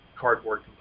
cardboard